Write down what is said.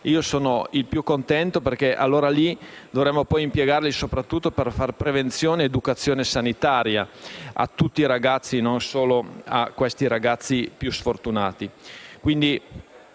io sono il più contento perché dovremmo poi impiegarli soprattutto per fare prevenzione ed educazione sanitaria a tutti i ragazzi e non solo a quelli più sfortunati.